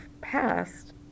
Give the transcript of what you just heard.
passed